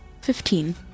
Fifteen